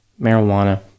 marijuana